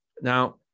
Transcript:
Now